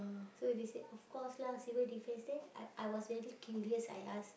so if you say of course lah Civil-Defence then I I was very curious I ask